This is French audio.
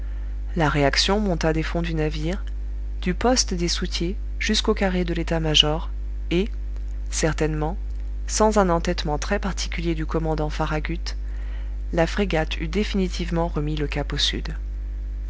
la réaction monta des fonds du navire du poste des soutiers jusqu'au carré de l'état-major et certainement sans un entêtement très particulier du commandant farragut la frégate eût définitivement remis le cap au sud